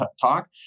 talk